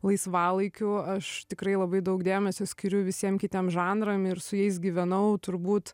laisvalaikiu aš tikrai labai daug dėmesio skiriu visiem kitiem žanram ir su jais gyvenau turbūt